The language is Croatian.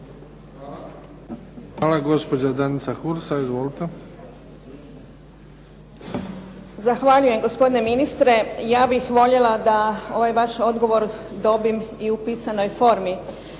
Hvala. Gospođa Danica Hursa, izvolite. **Hursa, Danica (HNS)** Zahvaljujem gospodine ministre. Ja bih voljela da ovaj vaš odgovor dobijem i u pisanoj formi.